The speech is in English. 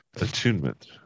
attunement